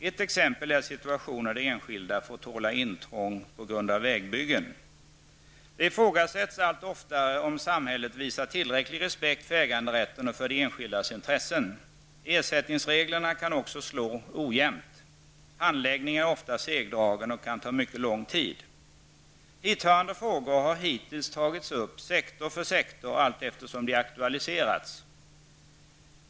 Ett exempel på situationer där enskilda får tåla intrång är vägbyggen. Det ifrågasätts allt oftare om samhället visar tillräcklig respekt för äganderätten och för de enskildas intressen. Ersättningsreglerna kan också slå ojämnt. Handläggningen är oftast segdragen och kan ta mycket lång tid. Hithörande frågor har hittills tagits upp sektor för sektor allteftersom de har aktualiserats.